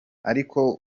ariko